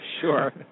sure